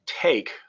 take